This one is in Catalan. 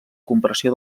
compressió